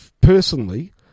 personally